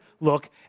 look